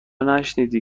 نشنیدی